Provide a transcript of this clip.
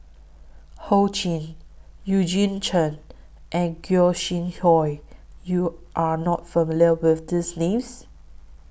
Ho Ching Eugene Chen and Gog Sing Hooi YOU Are not familiar with These Names